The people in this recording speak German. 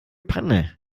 panne